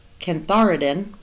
cantharidin